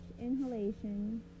inhalation